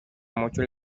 muchos